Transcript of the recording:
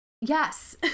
Yes